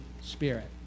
Spirit